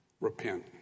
Repent